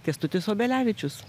kęstutis obelevičius